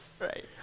Right